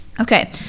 Okay